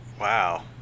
Wow